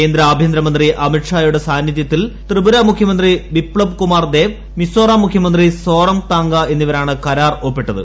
കേന്ദ്ര ആഭ്യന്തരമന്ത്രി അമിത്ഷായുടെ സാന്നിധ്യത്തിൽ ത്രിപുര മുഖ്യമന്ത്രി ബിപ്സവ് കുമാർ ദേബ് മിസോറാം മുഖ്യമന്ത്രി സോറം താങ്ങ്ഗ എന്നിവരാണ് കരാർ ഒപ്പിട്ടത്